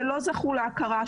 שלא זכו להכרה,